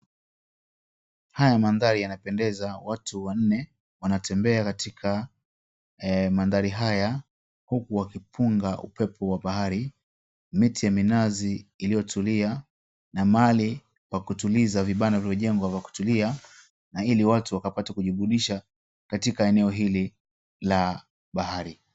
Haya ni mandhari yanapendeza. Watu wanne wanatembea katika mandhari haya huku wakipunga upepo wa bahari. Miti ya minazi iliyotulia na mahali pa kutuliza vibanda vimejengwa vya kutulia ili watu wakapate kujiburudisha katika eneo hili la bahari.